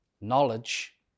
knowledge